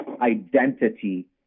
identity